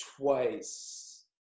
twice